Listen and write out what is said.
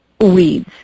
weeds